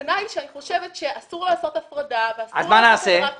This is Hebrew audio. המסקנה היא שאני חושבת שאסור לעשות הפרדה ואסור לעשות את זה רק נשים.